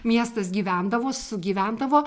miestas gyvendavo sugyvendavo